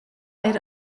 eir